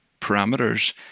parameters